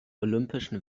olympischen